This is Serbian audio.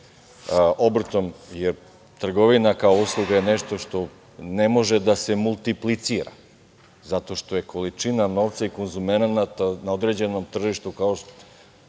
obrtom, jer je trgovina kao usluga nešto što ne može da se multiplicira, zato što je količina novca i konzumenata na određenom tržištu, kao i